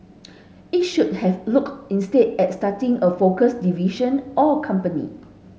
it should have looked instead at starting a focused division or company